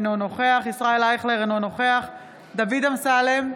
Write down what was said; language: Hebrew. אינו נוכח ישראל אייכלר, אינו נוכח דוד אמסלם,